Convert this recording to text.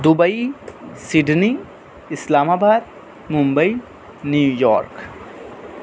Dubai Sydney Islamabad Mumbai New York